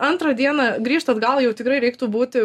antrą dieną grįžt atgal jau tikrai reiktų būti